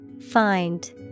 Find